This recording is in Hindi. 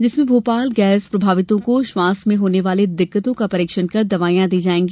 जिसमें भोपाल गैस प्रभावितों को श्वांस में होने वाली दिक्कतों का परीक्षण कर दवाईयां दी जायेंगी